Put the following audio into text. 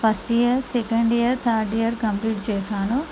first year second year third year complete చేసాను